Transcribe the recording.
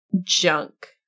junk